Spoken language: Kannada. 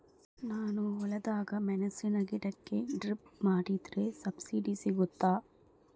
ನಾನು ಹೊಲದಾಗ ಮೆಣಸಿನ ಗಿಡಕ್ಕೆ ಡ್ರಿಪ್ ಮಾಡಿದ್ರೆ ಸಬ್ಸಿಡಿ ಸಿಗುತ್ತಾ?